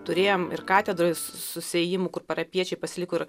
turėjom ir katedroj susiėjimų kur parapijiečiai pasiliko ir